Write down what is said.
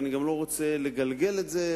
ואני גם לא רוצה לגלגל את זה.